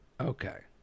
Okay